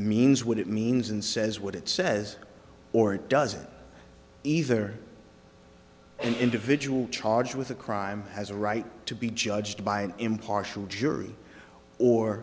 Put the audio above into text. means what it means and says what it says or it doesn't either an individual charged with a crime has a right to be judged by an impartial jury or